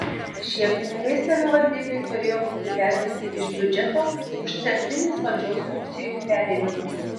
šie pinigai savivaldybei turėjo būti pervesti iš biudžeto už centrinės valdžios funkcijų perėmimą